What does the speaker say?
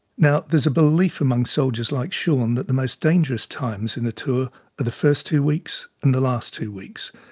now, there's a belief among soldiers like shaun that the most dangerous times in a tour are the first two weeks and the last two weeks.